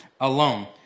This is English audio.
alone